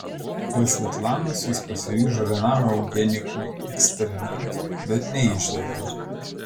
dėl svetlanos jis pasiryžo vienam eugenikų eksperimentui bet neišdegė